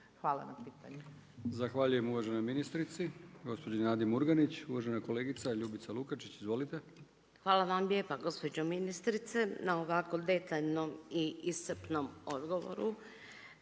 Milijan (HDZ)** Zahvaljujem uvaženoj ministrici gospođi Nadi Murganić. Uvažena kolegica Ljubica Lukačić. Izvolite. **Lukačić, Ljubica (HDZ)** Hvala vam lijepa gospođo ministrice na ovakvom detaljnom i iscrpnom odgovoru.